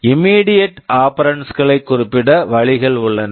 immediate operands immediate operands களை குறிப்பிட வழிகள் உள்ளன